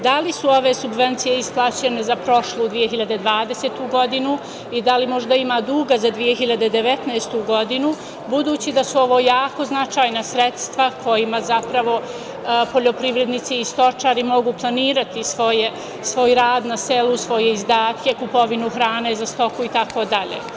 Da li su ove subvencije isplaćene za prošlu 2020. godinu i da li možda ima duga za 2019. godinu, budući da su ovo jako značajna sredstva kojima zapravo poljoprivrednici i stočari mogu planirati svoj rad na selu, svoje izdatke, kupovinu hrane za stoku itd?